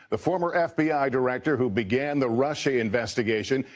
the former fbi director, who began the russia investigation,